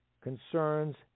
concerns